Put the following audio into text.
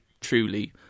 truly